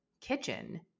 kitchen